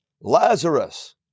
Lazarus